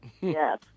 Yes